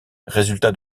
résultats